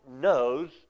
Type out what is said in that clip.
knows